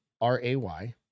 R-A-Y